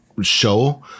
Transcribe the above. show